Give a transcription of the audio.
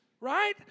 right